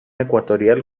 ecuatorial